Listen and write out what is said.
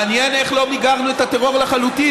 מעניין איך לא מיגרנו את הטרור לחלוטין.